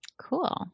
Cool